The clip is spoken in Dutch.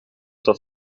dat